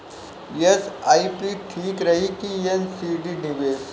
SIP ठीक रही कि एन.सी.डी निवेश?